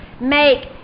make